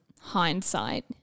hindsight